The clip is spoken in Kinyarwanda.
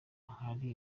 hari